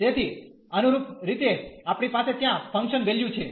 તેથી અનુરૂપ રીતે આપણી પાસે ત્યાં ફંકશન વેલ્યુ છે